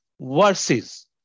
versus